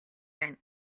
байна